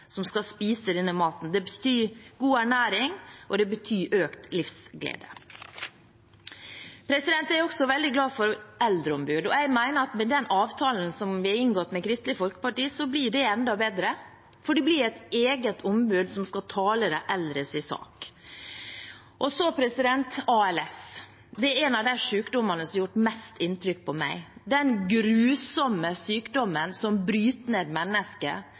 betyr økt livsglede. Jeg er også veldig glad for eldreombud, og jeg mener at med den avtalen som vi har inngått med Kristelig Folkeparti, blir det enda bedre, for det blir et eget ombud som skal tale de eldres sak. Så til ALS, som er en av de sykdommene som har gjort mest inntrykk på meg – den grusomme sykdommen som bryter ned